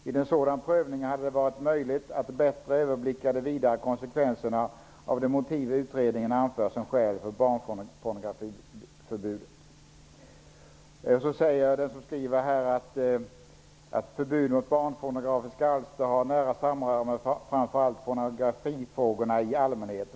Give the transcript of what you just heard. Vid en sådan prövning hade det varit möjligt att bättre överblicka de vidare konsekvenserna av det motiv utredningen anför som skäl för barnpornografiförbudet.'' Vidare står det i texten: ''Ett förbud mot barnpornografiska alster har nära samröre med framförallt pornografifrågor i allmänhet.